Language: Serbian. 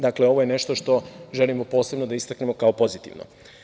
Dakle, ovo je nešto što želimo posebno da istaknemo kao pozitivno.